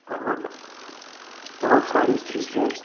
बहुत बहुत सारी चीज़ें